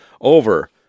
over